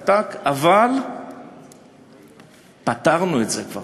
אבל פתרנו את זה כבר,